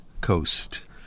coast